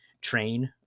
train